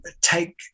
take